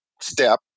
step